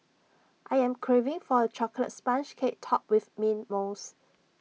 I am craving for A Chocolate Sponge Cake Topped with Mint Mousse